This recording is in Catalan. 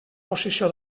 posició